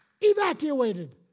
evacuated